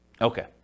Okay